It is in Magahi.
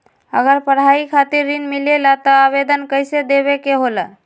अगर पढ़ाई खातीर ऋण मिले ला त आवेदन कईसे देवे के होला?